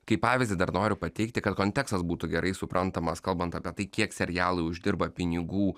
kaip pavyzdį dar noriu pateikti kad kontekstas būtų gerai suprantamas kalbant apie tai kiek serialai uždirba pinigų